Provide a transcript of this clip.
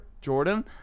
Jordan